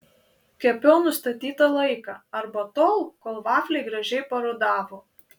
kepiau nustatytą laiką arba tol kol vafliai gražiai parudavo